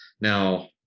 now